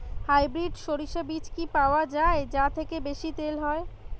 Hybrid শরিষা বীজ কি পাওয়া য়ায় যা থেকে বেশি তেল হয়?